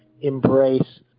embrace